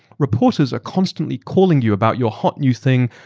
reporters are constantly calling you about your hot new thing,